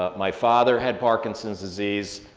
ah my father had parkinson's disease,